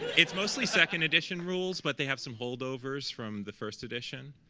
it's mostly second edition rules, but they have some hold overs from the first edition.